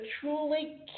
truly